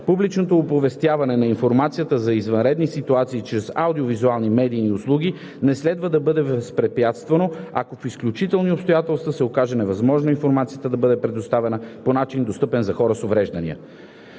Публичното оповестяване на информацията за извънредни ситуации чрез аудио-визуални медийни услуги не следва да бъде възпрепятствано, ако в изключителни обстоятелства се окаже невъзможно информацията да бъде предоставена по начин, достъпен за хората с увреждания.